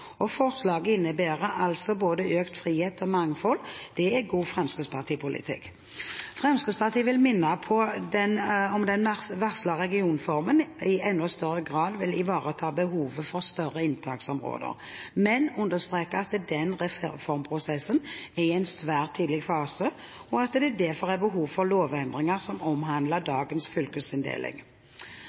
fylke. Forslaget innebærer altså både økt frihet og mangfold – det er god Fremskrittsparti-politikk. Fremskrittspartiet vil minne om at den varslede regionreformen i enda større grad vil ivareta behovet for større inntaksområder, men understreker at den reformprosessen er i en svært tidlig fase. Det er derfor behov for lovendringer som omhandler dagens fylkesinndeling.